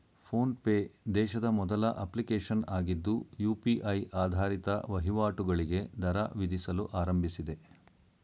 phone pay ದೇಶದ ಮೊದಲ application ಆಗಿದ್ದು ಯು.ಪಿ.ಐ ಆಧಾರಿತ ವಹಿವಾಟುಗಳಿಗೆ ದರ ವಿಧಿಸಲು ಆರಂಭಿಸಿದೆ